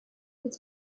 his